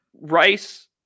Rice